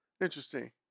Interesting